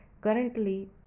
Currently